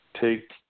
take